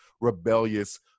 rebellious